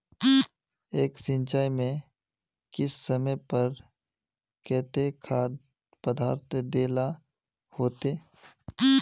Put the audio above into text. एक सिंचाई में किस समय पर केते खाद पदार्थ दे ला होते?